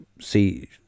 see